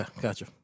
gotcha